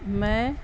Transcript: میں